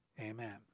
Amen